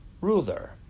Ruler